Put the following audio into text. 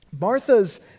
Martha's